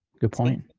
good point.